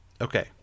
Okay